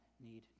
need